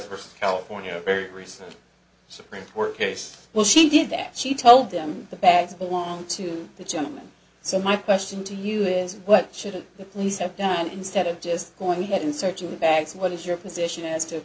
first california very recent supreme court case well she did that she told them the bags belong to the gentleman so my question to you is what should the police have done instead of just going ahead and searching bags what is your position as to